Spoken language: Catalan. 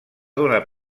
donar